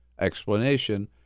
explanation